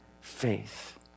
faith